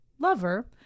Lover